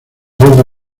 dos